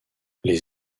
les